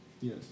yes